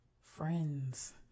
friends